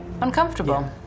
uncomfortable